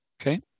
Okay